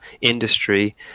industry